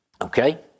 Okay